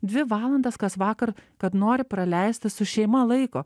dvi valandas kasvakar kad nori praleisti su šeima laiko